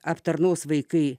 aptarnaus vaikai